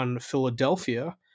Philadelphia